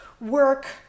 work